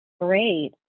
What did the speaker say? great